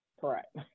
Correct